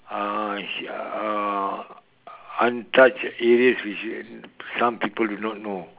uh uh untouched areas which is some people also do not know